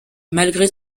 malgré